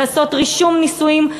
לעשות רישום נישואין,